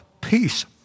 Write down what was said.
peace